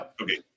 Okay